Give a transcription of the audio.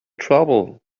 trouble